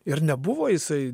ir nebuvo jisai